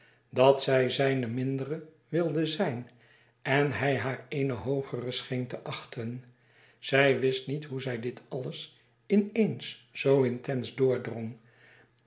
dat zij zijne mindere wilde zijn en hij haar eene hoogere scheen te achten zij wist niet hoe zij dit alles in eens zoo intens